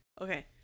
Okay